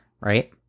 right